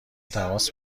تماس